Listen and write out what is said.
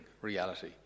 reality